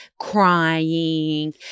crying